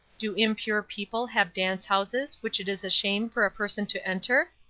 do impure people have dance-houses which it is a shame for a person to enter?